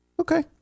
Okay